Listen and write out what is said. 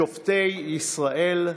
שופטי ישראל,